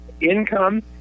income